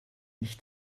nicht